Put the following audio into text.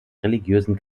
religiösen